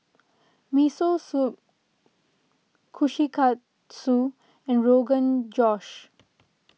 Miso Soup Kushikatsu and Rogan Josh